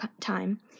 time